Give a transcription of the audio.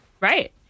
Right